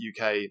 uk